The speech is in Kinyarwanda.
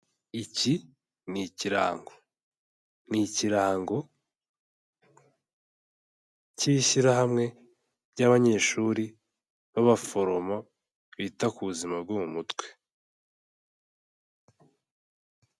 iki ni ikirango. Ni ikirango cy'ishyirahamwe ry'abanyeshuri b'abaforomo bita ku buzima bwo mu mutwe.